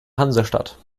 hansestadt